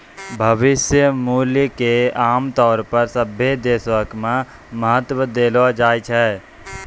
भविष्य मूल्य क आमतौर पर सभ्भे देशो म महत्व देलो जाय छै